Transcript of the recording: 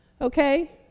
Okay